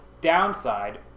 downside